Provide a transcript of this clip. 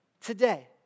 today